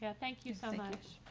yeah thank you so